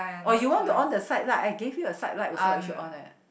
or you want to on the side light I gave you the side light also you should on it